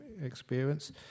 experience